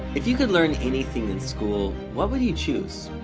if you can learn anything in school what would you choose?